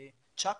בצ'אקו,